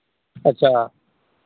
अच्छा